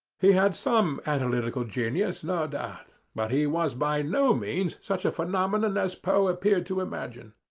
he had some analytical genius, no doubt but he was by no means such a phenomenon as poe appeared to imagine.